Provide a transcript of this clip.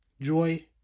joy